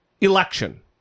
election